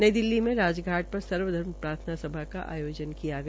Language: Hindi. नई दिल्ली में राजघाट र सर्व धर्म प्रार्थना सभा का आयोजन किया गया